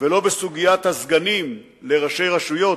ולא בסוגיית הסגנים לראשי רשויות,